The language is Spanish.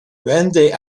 vende